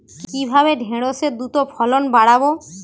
কিভাবে ঢেঁড়সের দ্রুত ফলন বাড়াব?